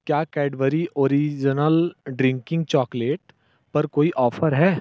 क्या Cadbury original drinking chocolate पर कोई ऑफ़र है